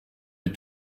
les